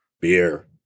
beer